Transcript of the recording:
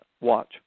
watch